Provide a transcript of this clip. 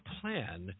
plan